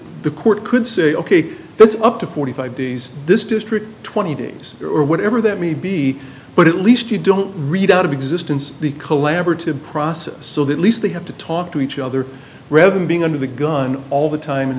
the court could say ok that's up to forty five days this district twenty days or whatever that may be but at least you don't read out of existence the collaborative process so that least they have to talk to each other rather than being under the gun all the time and